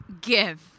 give